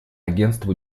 агентство